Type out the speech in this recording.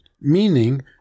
Meaning